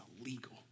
illegal